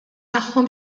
tagħhom